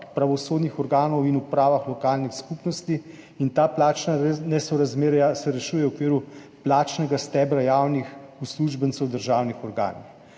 pravosodnih organov in upravah lokalnih skupnosti, in ta plačna nesorazmerja se rešuje v okviru plačnega stebra javnih uslužbencev v državnih organih.